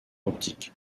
optique